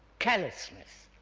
callousness.